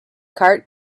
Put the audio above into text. cart